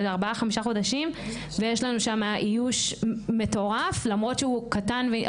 4-5 חודשים ויש לנו שם איוש מטורף למרות שהוא קטן.